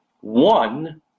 one